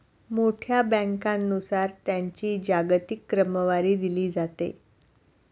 मोठ्या बँकांनुसार त्यांची जागतिक क्रमवारी दिली जाते